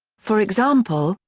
for example,